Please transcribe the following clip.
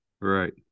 Right